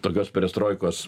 tokios perestroikos